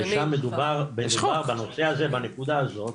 ששם מדובר בנושא הזה בנקודה הזו,